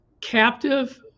captive